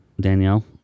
Danielle